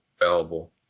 available